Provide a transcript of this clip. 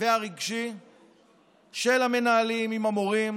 והרגשי של המנהלים עם המורים,